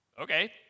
okay